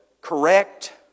correct